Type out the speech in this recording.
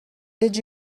did